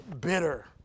bitter